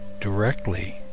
directly